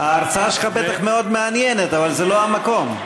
ההרצאה שלך בטח מאוד מעניינת, אבל זה לא המקום.